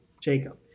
Jacob